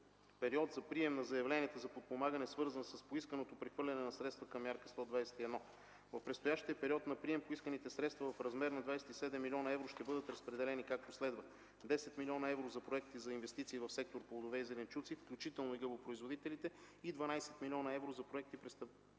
период за прием на заявленията за подпомагане, свързан с поисканото прехвърляне на средства към Мярка 121. В предстоящия период на прием поисканите средства в размер на 27 млн. евро ще бъдат разпределени както следва: 10 млн. евро за проекти за инвестиции в сектор „Плодове и зеленчуци”, включително и гъбопроизводителите, 12 млн. евро за проекти, представлявани